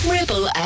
Ripple